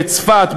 בצפת,